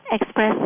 express